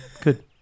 good